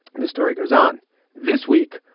and the story goes on this week,